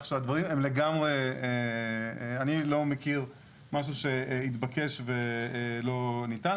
אני לא מכיר משהו שהתבקש ולא ניתן.